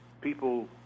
people